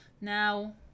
Now